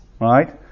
Right